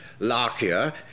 larkia